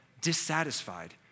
dissatisfied